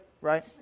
right